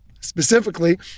specifically